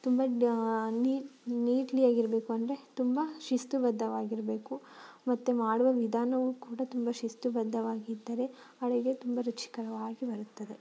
ತುಂಬ neat neatly ಆಗಿರಬೇಕು ಅಂದರೆ ತುಂಬ ಶಿಸ್ತುಬದ್ದವಾಗಿರಬೇಕು ಮತ್ತು ಮಾಡುವ ವಿಧಾನವು ಕೂಡ ತುಂಬ ಶಿಸ್ತುಬದ್ದವಾಗಿದ್ದರೆ ಅಡುಗೆ ತುಂಬ ರುಚಿಕರವಾಗಿ ಬರುತ್ತದೆ